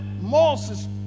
Moses